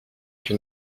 que